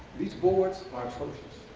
these boards are atrocious.